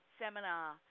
seminar